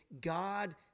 God